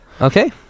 Okay